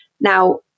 Now